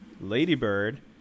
Ladybird